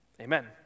Amen